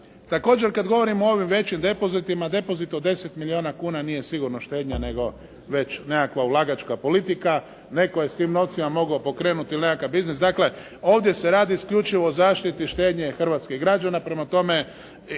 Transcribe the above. Također kad govorimo o ovim većim depozitima, depozit od 10 milijuna kuna nije sigurno štednja, nego već nekakva ulagačka politika, netko je s tim novcima mogao pokrenuti nekakav biznis, dakle ovdje se radi isključivo o zaštiti štednje hrvatskih građana, prema tome